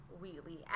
Wheatley